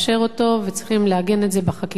וצריכים לעגן את זה בחקיקה ותקנה,